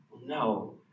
No